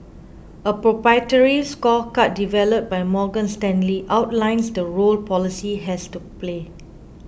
a proprietary scorecard developed by Morgan Stanley outlines the role policy has to play